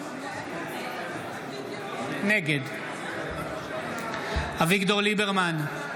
נגד אביגדור ליברמן,